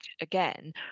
again